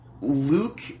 Luke